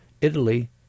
Italy